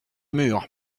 mur